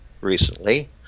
recently